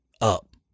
up